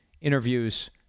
interviews